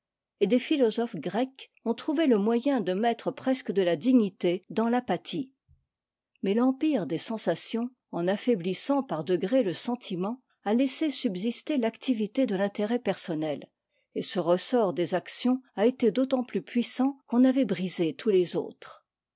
et des philosophes grecs ont trouvé le moyen de mettre presque de la dignité dans l'apathie mais l'empire des sensations en affaiblissant par degrés le sentiment a laissé subsister l'activité de l'intérêt personne et ce ressort des actions a été d'autant plus puissant qu'on avait brisé tous les autres